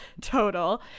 total